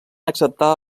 acceptar